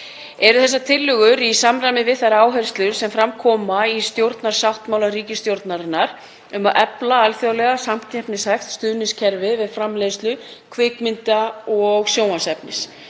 Eru þessar tillögur í samræmi við þær áherslur sem fram koma í stjórnarsáttmála ríkisstjórnarinnar um að efla alþjóðlega samkeppnishæft stuðningskerfi við framleiðslu kvikmynda og sjónvarpsefnis.